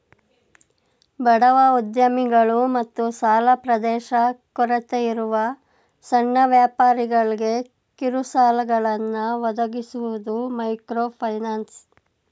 ಬಡವ ಉದ್ಯಮಿಗಳು ಮತ್ತು ಸಾಲ ಪ್ರವೇಶದ ಕೊರತೆಯಿರುವ ಸಣ್ಣ ವ್ಯಾಪಾರಿಗಳ್ಗೆ ಕಿರುಸಾಲಗಳನ್ನ ಒದಗಿಸುವುದು ಮೈಕ್ರೋಫೈನಾನ್ಸ್